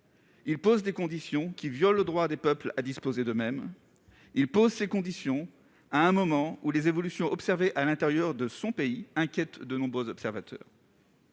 Il pose des conditions qui violent le droit des peuples à disposer d'eux-mêmes. Il pose des conditions à un moment où les évolutions constatées à l'intérieur de son pays inquiètent de nombreux observateurs.